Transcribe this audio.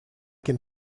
can